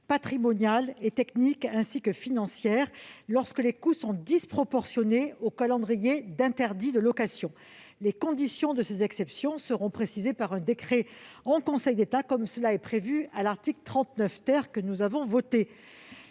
patrimoniales, techniques et financières, lorsque les coûts des travaux sont disproportionnés par rapport au calendrier d'interdit de location. Les conditions de ces exceptions seront précisées par un décret en Conseil d'État, comme le prévoit l'article 39 que nous avons voté.